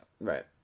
Right